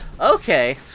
Okay